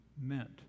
meant